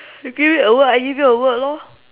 you give me a word I give you a word lor